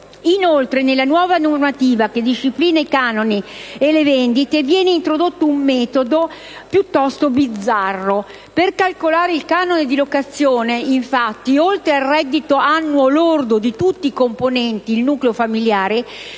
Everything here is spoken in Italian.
Inoltre, nella nuova normativa che disciplina i canoni e le vendite, viene introdotto un metodo piuttosto bizzarro. Per calcolare il canone di locazione, infatti, oltre al reddito annuo lordo di tutti i componenti il nucleo familiare,